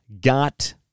got